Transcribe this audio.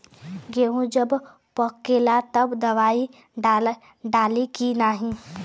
गेहूँ जब पकेला तब दवाई डाली की नाही?